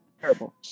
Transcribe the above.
Terrible